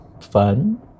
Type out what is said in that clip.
fun